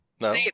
no